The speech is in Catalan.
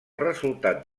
resultat